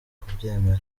kubyemera